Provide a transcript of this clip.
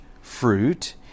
fruit